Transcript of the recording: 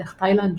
מלך תאילנד,